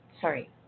sorry